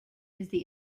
brother